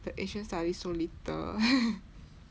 the asian study so little